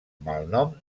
malnom